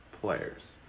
players